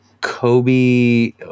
Kobe